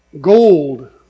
Gold